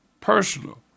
personal